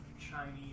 Chinese